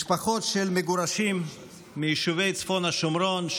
משפחות של מגורשים מיישובי צפון השומרון,